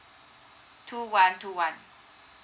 two one two one